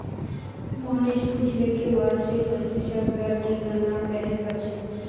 मोहनीश पूछले कि वार्षिक प्रतिशत दर की गणना कंहे करछेक